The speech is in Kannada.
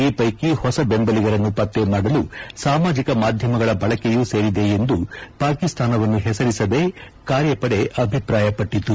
ಈ ವೈಕಿ ಹೊಸ ಬೆಂಬಲಿಗರನ್ನು ಪತ್ತ ಮಾಡಲು ಸಾಮಾಜಿಕ ಮಾಧ್ಯಮಗಳ ಬಳಕೆಯೂ ಸೇರಿದೆ ಎಂದು ಪಾಕಿಸ್ತಾನವನ್ನು ಹೆಸರಿಸದೆ ಕಾರ್ಯಪಡೆ ಅಭಿಪ್ರಾಯಪಟ್ಟಿತು